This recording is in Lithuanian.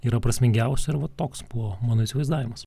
yra prasmingiausia ir va toks buvo mano įsivaizdavimas